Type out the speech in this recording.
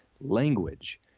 language